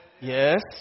Yes